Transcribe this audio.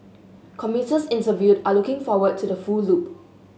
commuters interviewed are looking forward to the full loop